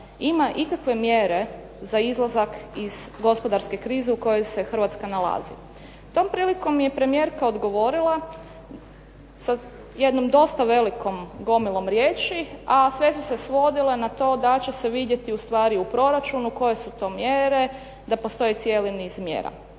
ima ikakve mjere za izlazak iz gospodarske krize u kojoj se Hrvatska nalazi. Tom prilikom je premijerka odgovorila sa jednom dosta velikom gomilu riječi, a sve su se svodile na to da će se vidjeti u stvari u proračunu koje su to mjere, da postoji cijeli niz mjera.